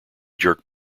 jerk